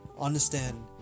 understand